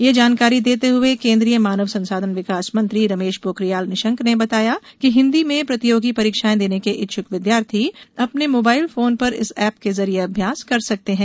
ये जानकारी देते हुए केन्द्रीय मानव संसाधन विकास मंत्री रमेश पोखरियाल निशंक ने बताया कि हिन्दी में प्रतियोगी परीक्षाएं देने के इच्छुक विद्यार्थी अपने मोबाइल फोन पर इस ऐप के जरिये अभ्याास कर सकते हैं